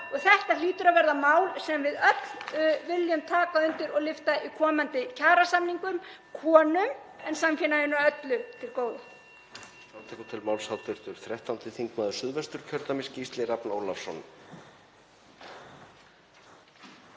og þetta hlýtur að verða mál sem við öll viljum taka undir og lyfta í komandi kjarasamningum, konum og um leið samfélaginu öllu til góða.